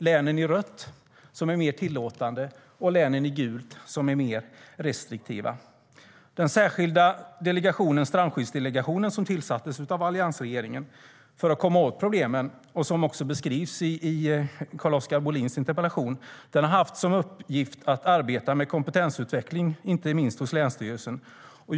Länen i rött är mer tillåtande, och länen i gult är mer restriktiva. Den särskilda delegation, Strandskyddsdelegationen, som tillsattes av alliansregeringen för att komma åt problemen, och som också beskrivs i Carl-Oskar Bohlins interpellation, har haft till uppgift att arbeta med kompetensutveckling, inte minst hos länsstyrelserna.